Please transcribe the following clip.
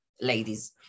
ladies